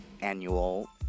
annual